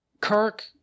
Kirk